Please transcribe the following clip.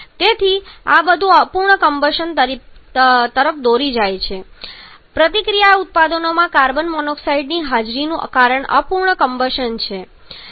તેથી આ બધું અપૂર્ણ કમ્બશન પ્રક્રિયા તરફ દોરી જશે અને પ્રતિક્રિયા ઉત્પાદનોમાં કાર્બન મોનોક્સાઇડની હાજરીનું કારણ અપૂર્ણ કમ્બશન છે